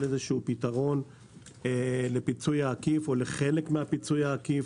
פתרון לפיצוי העקיף או לחלק מהפיצוי העקיף,